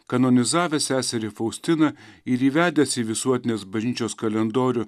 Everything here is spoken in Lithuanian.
kanonizavęs seserį faustiną ir įvedęs į visuotinės bažnyčios kalendorių